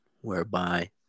whereby